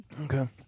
Okay